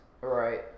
Right